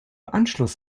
anschluss